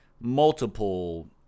multiple